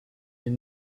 est